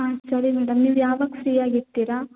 ಆಂ ಸರಿ ಮೇಡಮ್ ನೀವು ಯಾವಾಗ ಫ್ರೀಯಾಗಿರ್ತೀರಾ